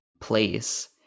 place